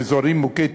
באזורים מוכי טרור,